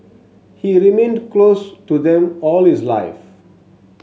he remained close to them all his life